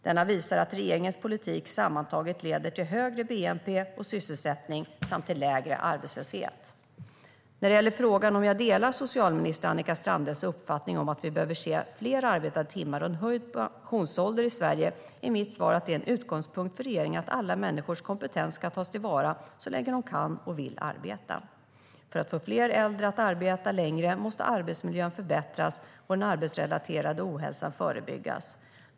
Denna visar att regeringens politik sammantaget leder till högre bnp och sysselsättning samt till lägre arbetslöshet. När det gäller frågan om jag delar socialförsäkringsminister Annika Strandhälls uppfattning om att vi behöver se fler arbetade timmar och en höjd pensionsålder i Sverige är mitt svar att det är en utgångspunkt för regeringen att alla människors kompetens ska tas till vara så länge de kan och vill arbeta. För att få fler äldre att arbeta längre måste arbetsmiljön förbättras och den arbetsrelaterade ohälsan förebyggas.